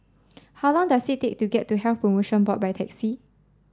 how long does it take to get to Health Promotion Board by taxi